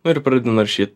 nu ir pradedu naršyt